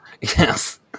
Yes